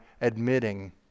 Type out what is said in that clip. admitting